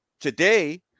today